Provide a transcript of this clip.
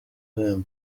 gihembo